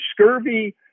Scurvy